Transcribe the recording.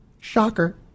Shocker